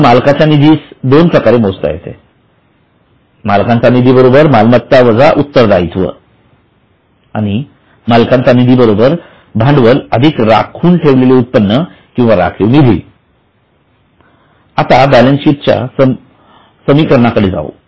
म्हणून मालकाच्या निधी दोन प्रकारे मोजता येतो मालकांचा निधी मालमत्ता उत्तरदायित्व मालकांचा निधी भांडवल राखून ठेवलेले उत्पन्न राखीव निधी आता बॅलेन्स च्या समिकरणाकडे जाऊ